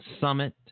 summit